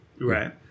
Right